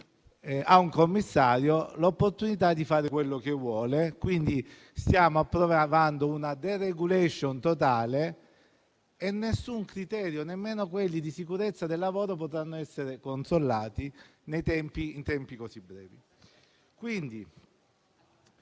a un commissario l'opportunità di fare quello che vuole. Stiamo, quindi, approvando una *deregulation* totale e nessun criterio, nemmeno quelli di sicurezza del lavoro, potrà essere controllato in tempi così brevi.